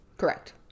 correct